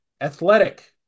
athletic